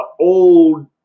old